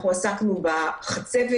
אנחנו עסקנו בחצבת